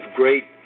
great